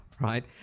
right